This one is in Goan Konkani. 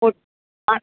फोट्टा